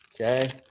Okay